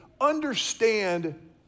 understand